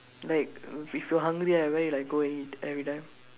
like if if you're hungry uh where you like go and eat everytime